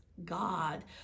God